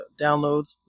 downloads